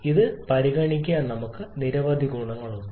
ഇത് പരിഗണിക്കുക നമുക്ക് നിരവധി ഗുണങ്ങളുണ്ട്